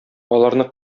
аларны